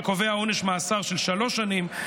שקובע עונש מאסר של שלוש שנים,